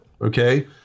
okay